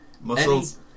muscles